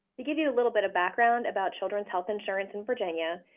to give you a little bit of background about children's health insurance in virginia,